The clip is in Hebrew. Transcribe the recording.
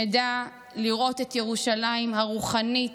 שנדע לראות את ירושלים הרוחנית,